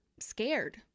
scared